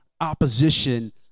opposition